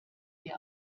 die